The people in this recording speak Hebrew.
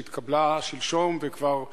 שהתקבלה שלשום וכבר,